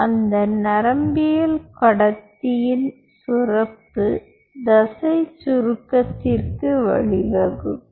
அந்த நரம்பியக்கடத்தியின் சுரப்பு தசைச் சுருக்கத்திற்கு வழிவகுக்கும்